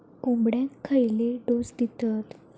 कोंबड्यांक खयले डोस दितत?